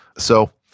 so,